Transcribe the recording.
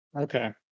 Okay